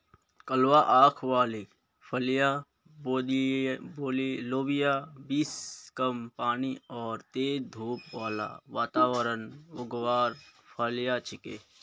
कलवा आंख वाली फलियाँ लोबिया बींस कम पानी आर तेज धूप बाला वातावरणत उगवार फलियां छिके